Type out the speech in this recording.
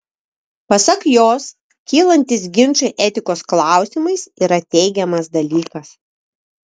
pasak jos kylantys ginčai etikos klausimais yra teigiamas dalykas